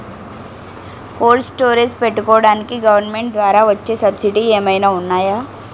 Cold storage పెట్టుకోడానికి government ద్వారా వచ్చే సబ్సిడీ ఏమైనా ఉన్నాయా?